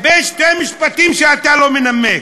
בשני משפטים שאתה לא מנמק,